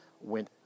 went